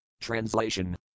Translation